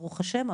ברוך השם,